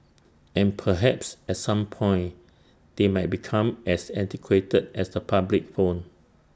and perhaps at some point they might become as antiquated as the public phone